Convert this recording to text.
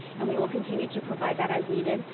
and we will continue to provide that as needed.